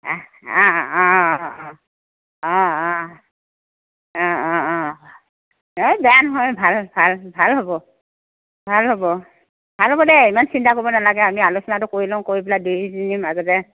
অ অ অ অ অ অ অ অ এই বেয়া নহয় ভাল ভাল ভাল হ'ব ভাল হ'ব ভাল হ'ব দে ইমান চিন্তা কৰিব নেলাগে আমি আলোচনাটো কৰি লওঁ কৰি পেলাই দুইজনীৰ মাজতে